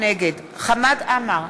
נגד חמד עמאר,